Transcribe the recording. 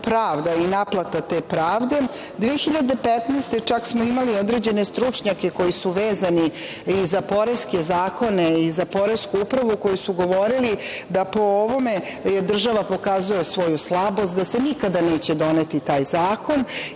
i naplata te pravde